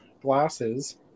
glasses